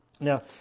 Now